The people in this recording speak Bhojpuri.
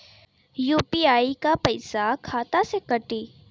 यू.पी.आई क पैसा खाता से कटी?